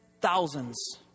thousands